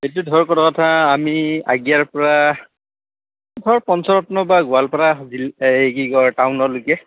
এইটো ধৰ প্ৰথম কথা আমি আগিয়াৰপৰা ধৰ পঞ্চৰত্ন বা গোৱালপাৰা এই কি কয় টাউনলৈকে